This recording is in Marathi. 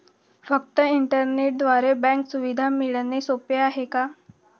फक्त इंटरनेटद्वारे बँक सुविधा मिळणे सोपे आहे का?